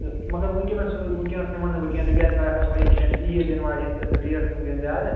تہٕ مگر وُنٛکیٚس ٲں وُنٛکیٚس نِمَن نہٕ بہٕ کیٚنٛہہ تِکیٛاز تۄہہِ آسوٕ پَیی وُنٛکیٚس چھِ عیٖد یِنہٕ واجِنۍ تہٕ ریٹ چھِ وُنٛکیٚن زیادٕ